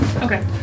Okay